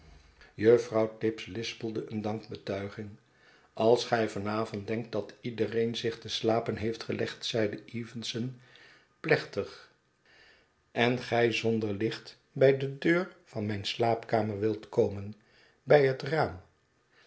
juffrouw tibbs lispelde een dankbetuiging als gij van avond denkt dat iedereen zich te slapen heeft gelegd zeide evenson plechtig en gij zonder licht bij de deur van mijn slaapkamer wilt komen bij het raam